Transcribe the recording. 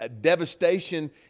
devastation